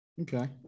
Okay